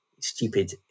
stupid